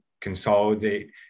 consolidate